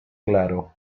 claro